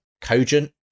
cogent